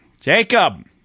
Jacob